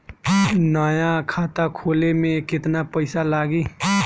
नया खाता खोले मे केतना पईसा लागि?